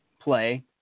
play